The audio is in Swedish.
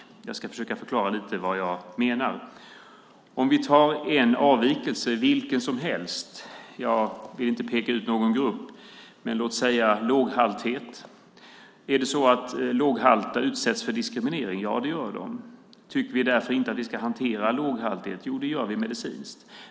Jag ska försöka förklara lite vad jag menar. Låt oss ta en avvikelse, vilken som helst. Jag vill inte peka ut någon grupp, men låt säga att vara låghalt. Är det så att låghalta utsätts för diskriminering? Ja, det gör de. Tycker vi därför att vi inte ska hantera låghalthet? Jo, det gör vi medicinskt.